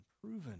proven